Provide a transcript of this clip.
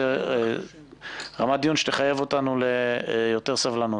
זו רמת דיון שתחייב אותנו ליותר סבלנות.